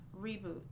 reboot